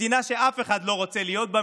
מדינה שאף אחד לא רוצה להיות בה,